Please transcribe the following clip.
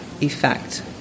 effect